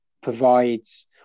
provides